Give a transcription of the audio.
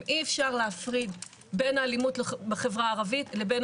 אי אפשר להפריד בין האלימות בחברה הערבית לבין